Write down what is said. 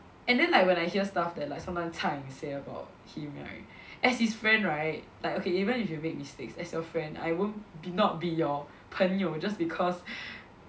and then like when I hear stuff that like someone Cha Ying say about him right as his friend right like okay even if you make mistakes as a friend I won't be not be your 朋友 just because